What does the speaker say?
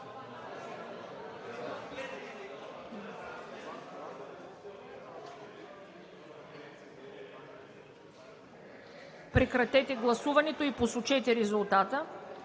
прекратете гласуването и обявете резултата: